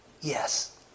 Yes